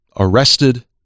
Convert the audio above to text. arrested